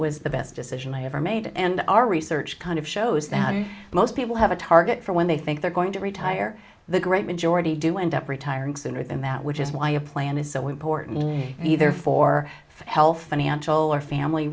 was the best decision i ever made and our research kind of shows that most people have a target for when they think they're going to retire the great majority do end up retiring sooner than that which is why you plan is so important either for health financial or family